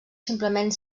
simplement